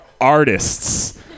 artists